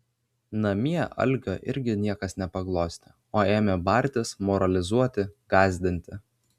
namie algio irgi niekas nepaglostė o ėmė bartis moralizuoti gąsdinti